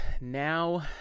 now